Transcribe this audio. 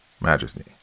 Majesty